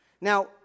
Now